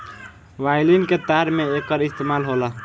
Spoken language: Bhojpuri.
वायलिन के तार में एकर इस्तेमाल होला